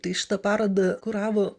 tai šitą parodą kuravo